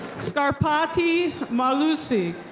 scarpati marlucy.